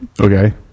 Okay